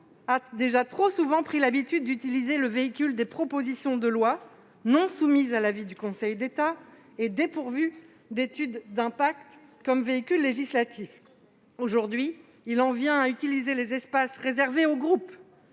a déjà trop souvent pris l'habitude d'utiliser les propositions de loi, non soumises à l'avis du Conseil d'État et dépourvues d'étude d'impact, comme véhicules législatifs. Aujourd'hui, il en vient à utiliser les espaces réservés aux groupes